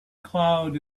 cloud